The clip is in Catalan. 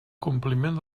compliment